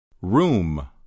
Room